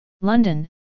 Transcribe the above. London